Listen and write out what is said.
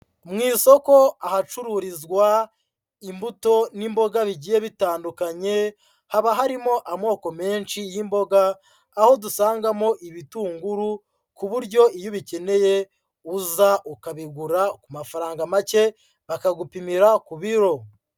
Mu isoko ahacururizwa imbuto n'imboga bigiye bitandukanye, haba harimo amoko menshi y'imboga aho dusangamo ibitunguru ku buryo iyo ubikeneye uza ukabigura ku mafaranga make bakagupimira ku biro.